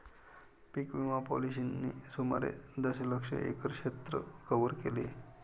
पीक विमा पॉलिसींनी सुमारे दशलक्ष एकर क्षेत्र कव्हर केले